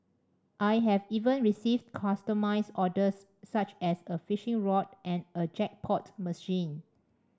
I have even received customised orders such as a fishing rod and a jackpot machine